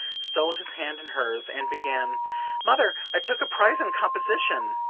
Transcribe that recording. stole his hand in hers and began mother, i took a prize in composition